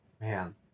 Man